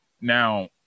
Now